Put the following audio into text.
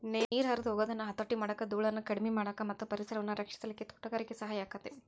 ನೇರ ಹರದ ಹೊಗುದನ್ನ ಹತೋಟಿ ಮಾಡಾಕ, ದೂಳನ್ನ ಕಡಿಮಿ ಮಾಡಾಕ ಮತ್ತ ಪರಿಸರವನ್ನ ರಕ್ಷಿಸಲಿಕ್ಕೆ ತೋಟಗಾರಿಕೆ ಸಹಾಯ ಆಕ್ಕೆತಿ